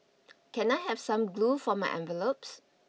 can I have some glue for my envelopes